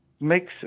makes